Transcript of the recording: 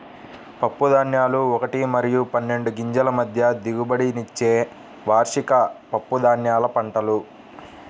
పప్పుధాన్యాలు ఒకటి మరియు పన్నెండు గింజల మధ్య దిగుబడినిచ్చే వార్షిక పప్పుధాన్యాల పంటలు